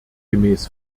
gemäß